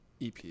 ep